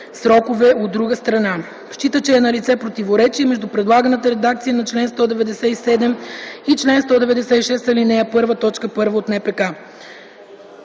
срокове, от друга страна. Счита, че е налице противоречие и между предлаганата редакция на чл. 197 и чл. 196, ал. 1, т. 1 от НПК.